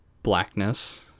Blackness